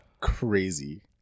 Crazy